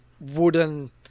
wooden